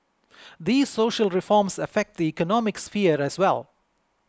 these social reforms affect the economic sphere as well